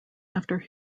after